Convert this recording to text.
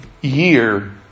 year